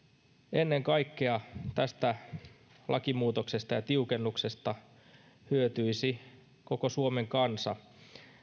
ennen kaikkea tästä lakimuutoksesta ja tiukennuksesta hyötyisi koko suomen kansa